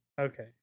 Okay